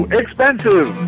expensive